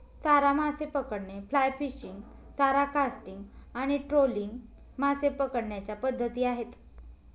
चारा मासे पकडणे, फ्लाय फिशिंग, चारा कास्टिंग आणि ट्रोलिंग मासे पकडण्याच्या पद्धती आहेत